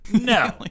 no